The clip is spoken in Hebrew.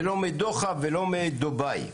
ולא מדוחא או דובאי.